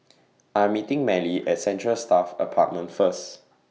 I'm meeting Marely At Central Staff Apartment First